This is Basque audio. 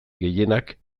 gehienak